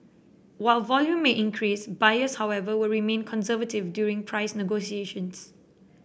while volume may increase buyers however will remain conservative during price negotiations